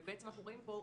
ובעצם אנחנו רואים פה,